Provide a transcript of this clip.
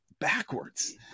backwards